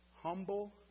humble